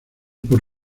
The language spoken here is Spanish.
por